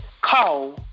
call